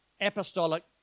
apostolic